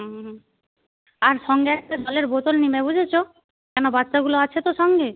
হুম আর সঙ্গে একটা জলের বোতল নেবে বুঝেছ কেন বাচ্চাগুলো আছে তো সঙ্গে